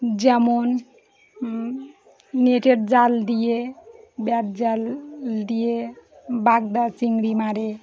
যেমন নেটের জাল দিয়ে ব্যাট জাল দিয়ে বাগদা চিংড়ি মারে